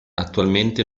attualmente